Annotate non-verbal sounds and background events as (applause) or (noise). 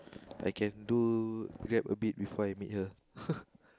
I can do Grab a bit before I meet her (laughs)